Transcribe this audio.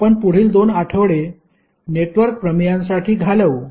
आपण पुढील दोन आठवडे नेटवर्क प्रमेयांसाठी घालवू